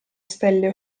stelle